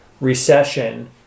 recession